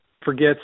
forgets